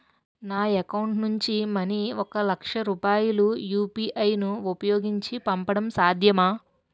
నా అకౌంట్ నుంచి మనీ ఒక లక్ష రూపాయలు యు.పి.ఐ ను ఉపయోగించి పంపడం సాధ్యమా?